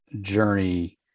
journey